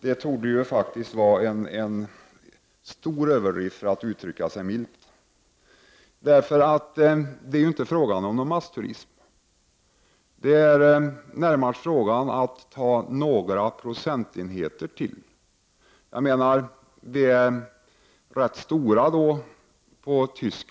Det torde vara en stor överdrift, för att uttrycka sig milt. Det är inte fråga om någon massturism. Det är närmast fråga om att ta några procentenheter till.